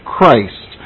Christ